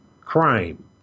crime